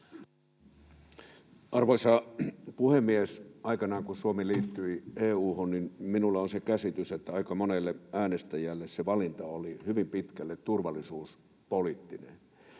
Arvoisa puhemies! Aikanaan kun Suomi liittyi EU:hun, minulla on se käsitys, että aika monelle äänestäjälle se valinta oli hyvin pitkälle turvallisuuspoliittinen.